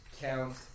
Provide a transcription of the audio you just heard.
count